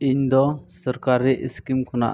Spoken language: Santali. ᱤᱧ ᱫᱚ ᱥᱚᱨᱠᱟᱨᱤ ᱤᱥᱠᱤᱢ ᱠᱷᱚᱱᱟᱜ